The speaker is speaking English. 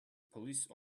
police